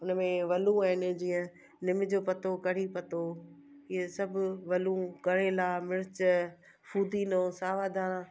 उनमें वलूं आहिनि जीअं निम जो पत्तो कढ़ी पत्तो इहे सभु वलूं करेला मिर्च फ़ुदीनो सावा धाणा